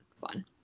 fun